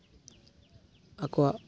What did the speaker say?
ᱟᱠᱚᱣᱟᱜ